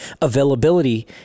availability